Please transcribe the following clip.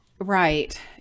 Right